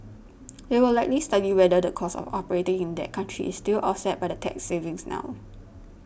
they will likely study whether the cost of operating in that country is still offset by the tax savings now